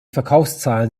verkaufszahlen